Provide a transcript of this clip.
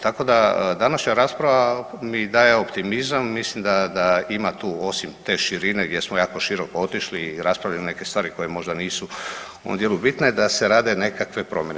Tako da današnja rasprava mi daje optimizam, mislim da, da ima tu osim te širine gdje smo jako široko otišli i raspravljali neke stvari koje možda nisu u ovom dijelu bitne da se rade nekakve promjene.